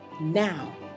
now